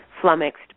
flummoxed